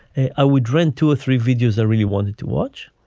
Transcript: i would rent two or three videos i really wanted to watch.